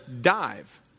dive